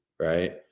Right